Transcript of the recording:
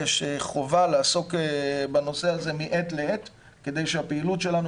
יש חובה לעסוק בנושא הזה מעת לעת כדי שהפעילות שלנו